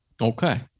Okay